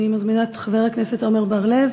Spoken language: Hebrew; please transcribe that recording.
אני מזמינה את חבר הכנסת עמר בר-לב,